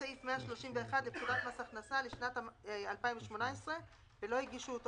סעיף 131 לפקודת מס הכנסה לשנת 2018 ולא הגישו אותו